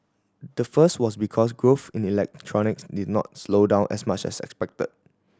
the first was because growth in electronics did not slow down as much as expected